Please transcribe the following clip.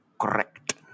Correct